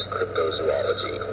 Cryptozoology